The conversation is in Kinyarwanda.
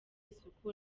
isuku